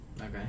Okay